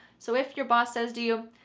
so if your boss says to you,